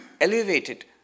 elevated